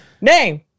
Name